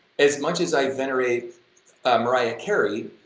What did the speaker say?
as much as i venerate mariah carey,